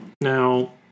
Now